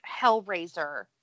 Hellraiser